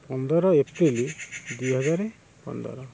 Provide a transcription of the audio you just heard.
ପନ୍ଦର ଏପ୍ରିଲ୍ ଦୁଇ ହଜାର ପନ୍ଦର